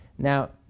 Now